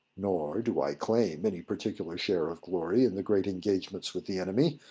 nor do i claim any particular share of glory in the great engagements with the enemy.